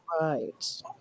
right